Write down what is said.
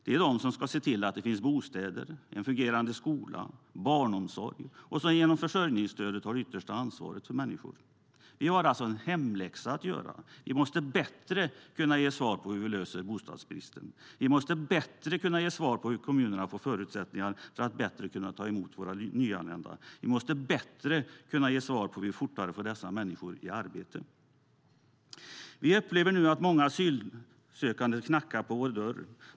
Det är de som ska se till att det finns bostäder, fungerande skola och barnomsorg och som genom försörjningsstödet har det yttersta ansvaret för människor. Vi upplever nu att många asylsökande knackar på vår dörr.